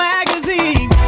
Magazine